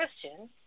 Christian